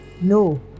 no